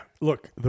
Look